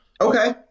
Okay